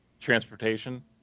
transportation